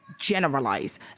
generalize